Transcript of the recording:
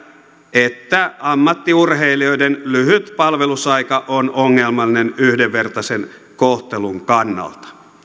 että ammattiurheilijoiden lyhyt palvelusaika on ongelmallinen yhdenvertaisen kohtelun kannalta